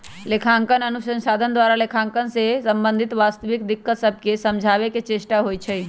लेखांकन अनुसंधान द्वारा लेखांकन से संबंधित वास्तविक दिक्कत सभके समझाबे के चेष्टा होइ छइ